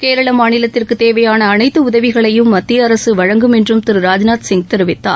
கேரள மாநிலத்திற்கு தேவையான அனைத்து உதவிகளையும் மத்திய அரசு வழங்கும் என்றும் திரு ராஜ்நாத் சிங் தெரிவித்தார்